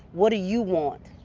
what do you want?